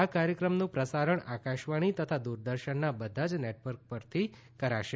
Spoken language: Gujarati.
આ કાર્યક્રમનું પ્રસારણ આકાશવાણી તથા દૂરદર્શનના બધા જ નેટવર્ક પરથી કરશે